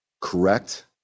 correct